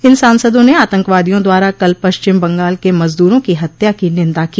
इन सांसदों ने आतंकवादियों द्वारा कल पश्चिम बंगाल के मज़दूरों की हत्या की निंदा की